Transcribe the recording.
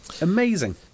Amazing